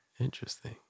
Interesting